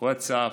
ווטסאפ,